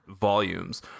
volumes